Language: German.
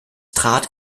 trat